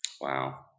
Wow